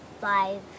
five